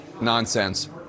nonsense